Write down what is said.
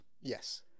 Yes